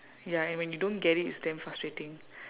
ya and when you don't get it it's damn frustrating